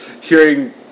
hearing